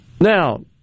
Now